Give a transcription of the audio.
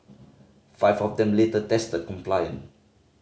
five of them later tested compliant